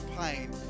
pain